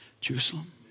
Jerusalem